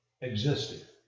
existed